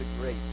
Great